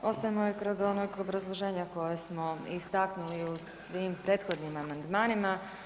Ostajemo i kod onog obrazloženja koje smo istaknuli u svim prethodnim amandmanima.